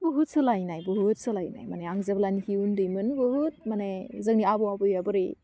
बहुद सोलायनाय बहुद सोलायनाय मानि आं जेब्लानाखि उन्दैमोन बहुद मानि जोंनि आबै आबौवा बोरै